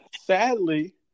sadly